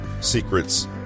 Secrets